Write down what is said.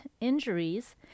injuries